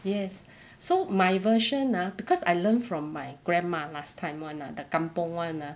yes so my version ah cause I learn from my grandma last time [one] lah the kampung [one] ah